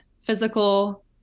physical